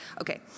Okay